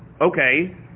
Okay